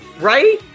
Right